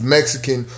Mexican